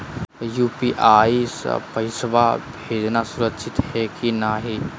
UPI स पैसवा भेजना सुरक्षित हो की नाहीं?